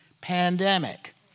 Pandemic